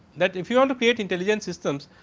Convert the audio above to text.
that if you all the create intelligence system.